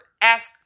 ask